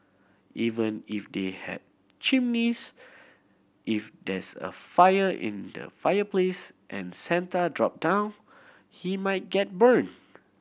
even if they have chimneys if there's a fire in the fireplace and Santa drop down he might get burnt